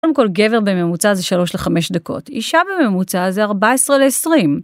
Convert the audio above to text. קודם כל, גבר בממוצע זה 3 ל-5 דקות, אישה בממוצע זה 14 ל-20.